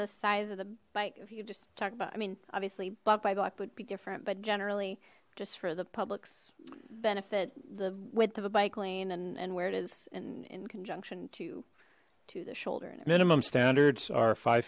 the size of the bike if you just talk about i mean obviously block by block would be different but generally just for the public's benefit the width of a bike lane and and where it is in in conjunction to to the shoulder and minimum standards are five